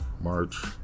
March